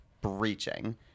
breaching